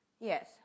Yes